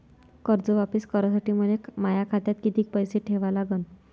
कर्ज वापिस करासाठी मले माया खात्यात कितीक पैसे ठेवा लागन?